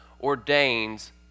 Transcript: ordains